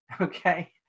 okay